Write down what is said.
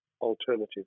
alternative